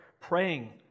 Praying